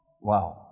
Wow